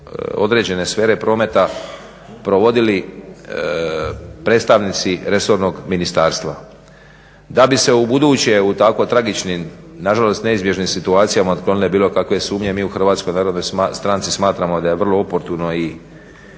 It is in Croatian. određene sfere prometa provodili predstavnici resornog ministarstva. Da bi se ubuduće u tako tragičnim nažalost neizbježnim situacijama otklonile bilo kakve sumnje mi u HNS-u smatramo da je vrlo oportuno i